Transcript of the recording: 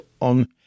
on